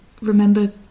remember